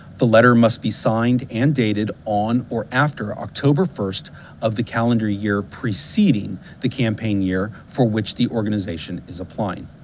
the letter must be signed and dated on or after october one of the calendar year preceding the campaign year for which the organization is applying.